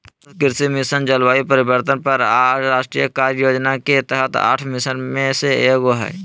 सतत कृषि मिशन, जलवायु परिवर्तन पर राष्ट्रीय कार्य योजना के तहत आठ मिशन में से एगो हइ